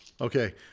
okay